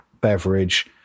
beverage